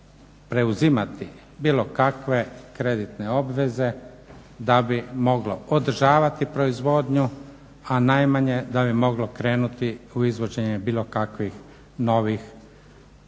preuzimati bilo kakve kreditne obaveze da bi mogla održavati proizvodnju, a najmanje da bi moglo krenuti u izvođenje bilo kakvih novih